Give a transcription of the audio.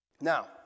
Now